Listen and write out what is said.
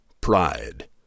pride